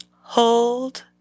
Hold